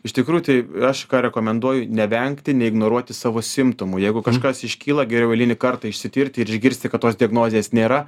iš tikrųjų tai aš rekomenduoju nevengti neignoruoti savo simptomų jeigu kažkas iškyla geriau eilinį kartą išsitirti ir išgirsti kad tos diagnozės nėra